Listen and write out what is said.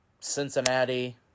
Cincinnati